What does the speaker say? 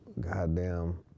goddamn